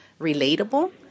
relatable